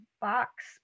box